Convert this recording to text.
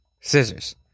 Scissors